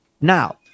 Now